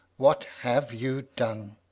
what have you done?